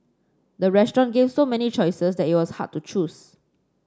the restaurant gave so many choices that it was hard to choose